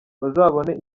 bazabone